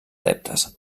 adeptes